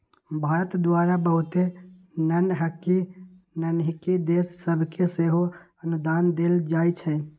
भारत द्वारा बहुते नन्हकि नन्हकि देश सभके सेहो अनुदान देल जाइ छइ